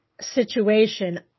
situation